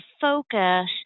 focus